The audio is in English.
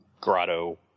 grotto